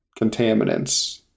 contaminants